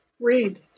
read